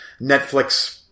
Netflix